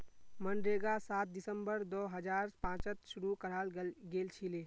मनरेगा सात दिसंबर दो हजार पांचत शूरू कराल गेलछिले